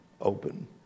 open